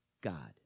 God